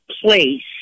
place